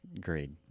grade